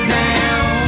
down